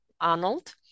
arnold